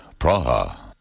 Praha